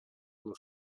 uno